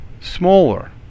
smaller